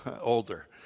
older